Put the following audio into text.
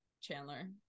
chandler